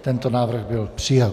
Tento návrh byl přijat.